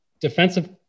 defensive